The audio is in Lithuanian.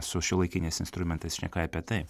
su šiuolaikiniais instrumentais šneka apie tai